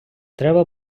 треба